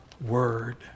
word